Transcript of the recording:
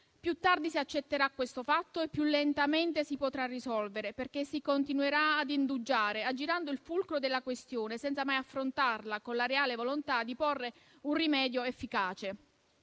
Più tardi si accetterà questo fatto e più lentamente si potrà risolvere il problema, perché si continuerà a indugiare, aggirando il fulcro della questione senza mai affrontarla con la reale volontà di porre un rimedio efficace.